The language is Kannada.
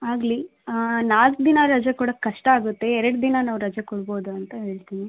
ಆಗಲಿ ನಾಲ್ಕು ದಿನ ರಜೆ ಕೊಡೋಕ್ಕೆ ಕಷ್ಟ ಆಗುತ್ತೆ ಎರಡು ದಿನ ನಾವು ರಜೆ ಕೊಡ್ಬೋದು ಅಂತ ಹೇಳ್ತಿನಿ